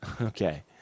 okay